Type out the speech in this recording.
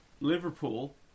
Liverpool